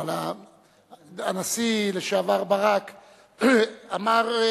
אבל הנשיא לשעבר ברק אמר,